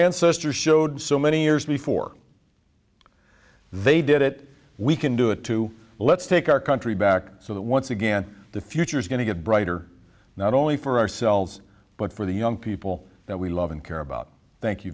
ancestors showed so many years before they did it we can do it too let's take our country back so that once again the future is going to get brighter not only for ourselves but for the young people that we love and care about thank you